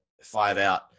five-out